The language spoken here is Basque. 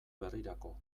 berrirako